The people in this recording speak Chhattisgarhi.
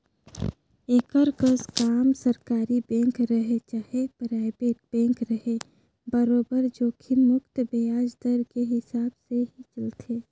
एकर कस काम सरकारी बेंक रहें चाहे परइबेट बेंक रहे बरोबर जोखिम मुक्त बियाज दर के हिसाब से ही चलथे